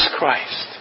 Christ